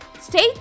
Stay